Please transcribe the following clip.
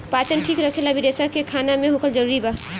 पाचन ठीक रखेला भी रेसा के खाना मे होखल जरूरी बा